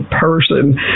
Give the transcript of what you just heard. person